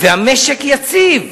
והמשק יציב.